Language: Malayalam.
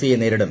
സി യെ നേരിടും